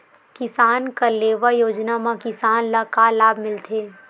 किसान कलेवा योजना म किसान ल का लाभ मिलथे?